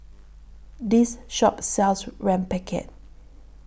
This Shop sells Rempeyek